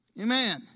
amen